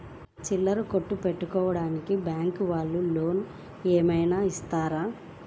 చిల్లర కొట్టు పెట్టుకోడానికి బ్యాంకు వాళ్ళు లోన్ ఏమైనా ఇస్తారా?